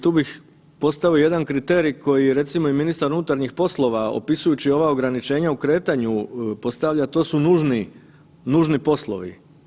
Tu bih postavio jedan kriterij koji je recimo i ministar unutarnjih poslova opisujući ova ograničenja o kretanju postavlja to su nužni poslovi.